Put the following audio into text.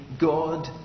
God